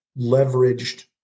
leveraged